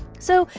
so,